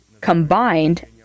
combined